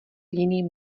jiným